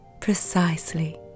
Precisely